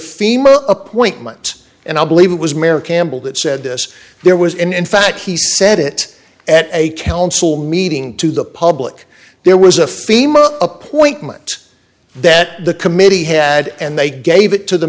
female appointment and i believe it was mary campbell that said this there was in in fact he said it at a council meeting to the public there was a female appointment that the committee had and they gave it to the